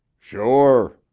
sure,